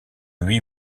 huit